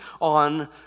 on